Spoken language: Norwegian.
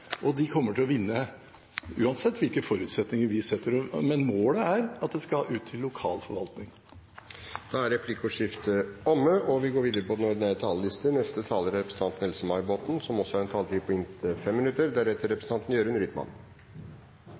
og de kommer til å vinne uansett hvilke forutsetninger vi setter. Men målet er at det skal ut til lokal forvaltning. Replikkordskiftet er omme. Det er en viktig sak vi